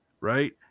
right